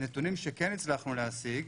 הנתונים שכן הצלחנו להשיג,